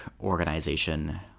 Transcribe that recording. organization